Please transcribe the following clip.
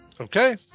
Okay